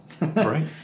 Right